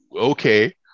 okay